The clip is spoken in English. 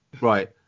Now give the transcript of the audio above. Right